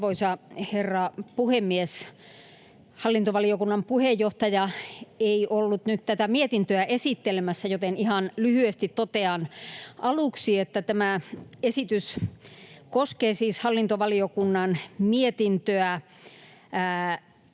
Arvoisa herra puhemies! Hallintovaliokunnan puheenjohtaja ei ollut nyt tätä mietintöä esittelemässä, joten ihan lyhyesti totean aluksi, että tämä esitys koskee siis hallintovaliokunnan mietintöä